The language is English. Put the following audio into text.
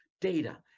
data